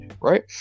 right